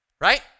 right